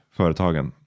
företagen